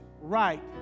right